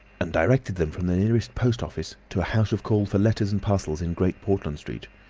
and directed them from the nearest post office to a house of call for letters and parcels in great portland street.